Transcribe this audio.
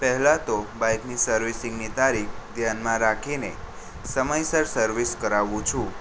પેહલા તો બાઈકની સર્વિસિંગની તારીખ ધ્યાનમાં રાખીને સમયસર સર્વિસ કરાવું છું